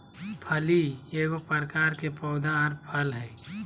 फली एगो प्रकार के पौधा आर फल हइ